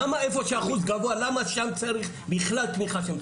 למה איפה שיש אחוז גבוה למה שם בכלל צריך תמיכה של הממשלה?